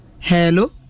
Hello